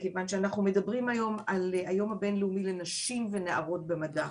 מכיוון שאנחנו מדברים פה היום על היום הבין לאומי לנשים ונערות במדע,